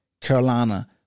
Carolina